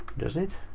does it?